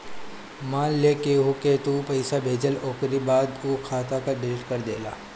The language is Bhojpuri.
मान लअ केहू के तू पईसा भेजला ओकरी बाद उ खाता के डिलीट कर देहला